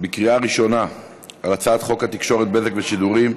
בקריאה ראשונה על הצעת חוק התקשורת (בזק ושידורים)